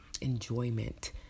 enjoyment